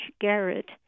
Garrett